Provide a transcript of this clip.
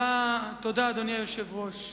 אדוני היושב-ראש,